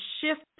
shift